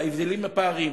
ההבדלים, הפערים,